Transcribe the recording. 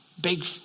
Big